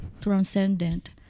transcendent